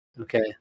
Okay